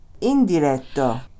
Indiretto